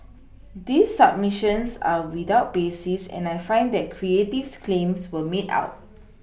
these subMissions are without basis and I find that Creative's claims were made out